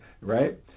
right